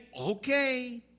Okay